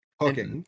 Okay